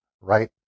right